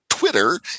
twitter